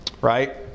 Right